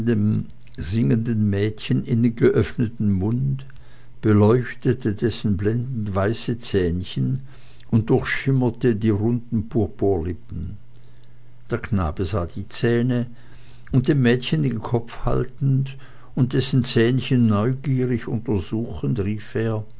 singenden mädchen in den geöffneten mund beleuchtete dessen blendendweiße zähnchen und durchschimmerte die runden purpurlippen der knabe sah die zähne und dem mädchen den kopf haltend und dessen zähnchen neugierig untersuchend rief er